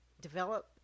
develop